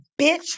bitch